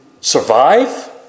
survive